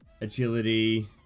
agility